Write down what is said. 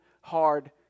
hard